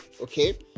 okay